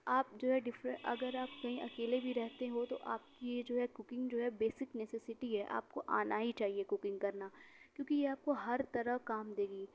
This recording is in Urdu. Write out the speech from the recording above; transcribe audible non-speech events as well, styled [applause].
آپ جو ہے [unintelligible] اگر آپ کہیں اکیلے بھی رہتے ہو تو آپ کی یہ جو ہے کوکنگ جو ہے بیسک نیسیسٹی ہے آپ کو آنا ہی چاہیے کوکنگ کرنا کیونکہ یہ آپ کو ہر طرح کام دے گی